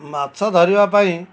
ମାଛ ଧରିବା ପାଇଁ